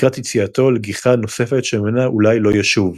לקראת יציאתו לגיחה נוספת שממנה אולי לא ישוב.